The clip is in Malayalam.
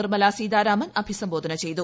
നിർമ്മലാ സീതാരാമൻ അഭിസംബോധന ചെയ്തു